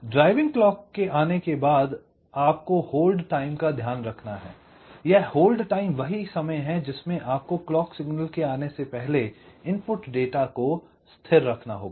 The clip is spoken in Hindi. ड्राइविंग क्लॉक के आने के बाद आपको होल्ड टाइम का ध्यान रखना है यह होल्ड टाइम वही समय है जिसमे आपको क्लॉक सिग्नल के आने से पहले इनपुट डाटा को स्थिर रखना होगा